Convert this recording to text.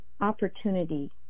opportunity